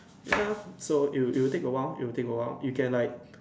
ya so it will it will take a while it will take a while you get like